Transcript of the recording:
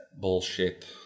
Bullshit